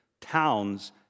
towns